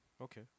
Okay